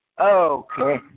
Okay